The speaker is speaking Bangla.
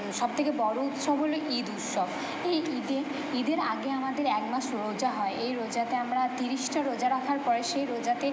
সব থেকে বড়ো উৎসব হলো ঈদ উৎসব এই ঈদে ঈদের আগে আমাদের এক মাস রোজা হয় এই রোজাতে আমরা তিরিশটা রোজা রাখার পরে সেই রোজাতে